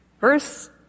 Verse